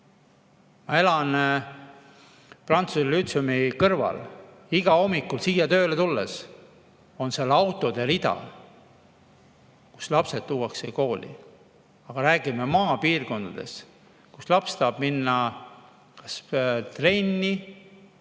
Ma elan prantsuse lütseumi kõrval. Igal hommikul, kui siia tööle tulen, on seal autode rida, sest lapsed tuuakse kooli. Aga räägime maapiirkondadest, kus laps tahab minna kas trenni